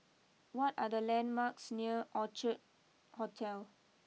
what are the landmarks near Orchard Hotel